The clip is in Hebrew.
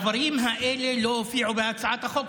הדברים האלה לא הופיעו בהצעת החוק,